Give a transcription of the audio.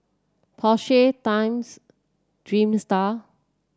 Porsche Times Dreamster